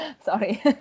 sorry